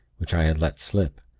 which i had let slip.